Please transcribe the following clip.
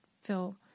feel